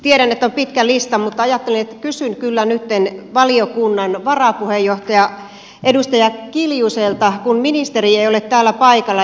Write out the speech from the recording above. tiedän että on pitkä lista mutta ajattelin että kysyn kyllä nyt valiokunnan varapuheenjohtaja edustaja kiljuselta kun ministeri ei ole täällä paikalla